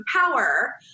power